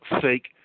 sake